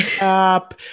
app